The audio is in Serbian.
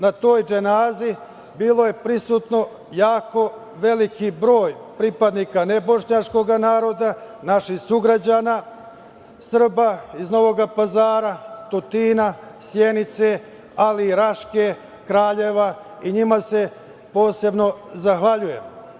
Na toj dženazi bilo je prisutno jako velik broj pripadnika nebošnjačkog naroda, naših sugrađana, Srba iz Novog Pazara, Tutina, Sjenice, ali i Raške, Kraljeva i njima se posebno zahvaljujem.